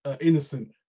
innocent